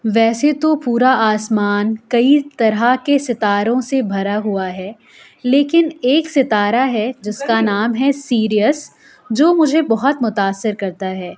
ویسے تو پورا آسمان کئی طرح کے ستاروں سے بھرا ہوا ہے لیکن ایک ستارہ ہے جس کا نام ہے سیریس جو مجھے بہت متاثر کرتا ہے